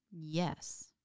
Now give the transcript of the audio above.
Yes